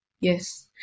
yes